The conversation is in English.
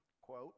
Quote